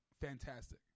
Fantastic